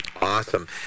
Awesome